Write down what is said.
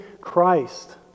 Christ